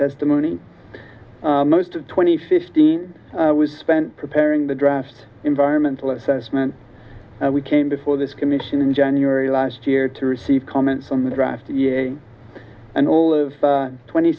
testimony most of twenty fifteen was spent preparing the draft environmental assessment we came before this commission in january last year to receive comments on the draft and all of twenty